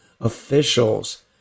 officials